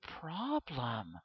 problem